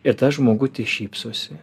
ir tas žmogutis šypsosi